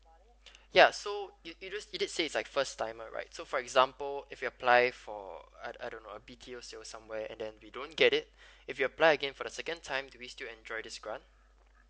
yeah so it is it is say like first timer right so for example if we apply for I I don't know a B_T_O or somewhere and then we don't get it if you apply again for the second time do we still enjoy these grant